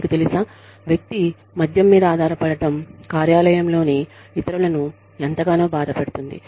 మీకు తెలుసా వ్యక్తి మద్యం మీద ఆధారపడటం కార్యాలయంలోని ఇతరులను ఎంతగానో బాధపెడుతుంది